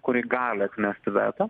kuri gali atmesti veto